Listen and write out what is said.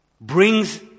brings